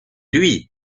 lui